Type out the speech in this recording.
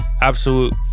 Absolute